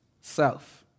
self